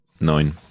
Nine